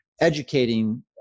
educating